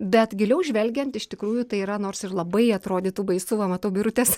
bet giliau žvelgiant iš tikrųjų tai yra nors ir labai atrodytų baisu va matau birutės